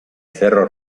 cerro